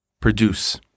produce